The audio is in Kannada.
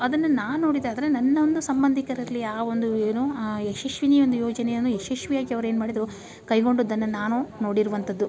ಅದನ್ನು ನಾ ನೋಡಿದ್ದಾದ್ರೆ ನನ್ನ ಒಂದು ಸಂಬಂಧಿಕರಲ್ಲಿ ಆ ಒಂದು ಏನು ಆ ಯಶಸ್ವಿನಿಯ ಒಂದು ಯೋಜನೆಯನ್ನು ಯಶಸ್ವಿಯಾಗಿ ಅವ್ರು ಏನು ಮಾಡಿದರು ಕೈಗೊಂಡದ್ದನ್ನ ನಾನು ನೋಡಿರುವಂಥದ್ದು